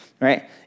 right